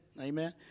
Amen